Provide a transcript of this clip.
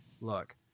look